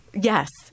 yes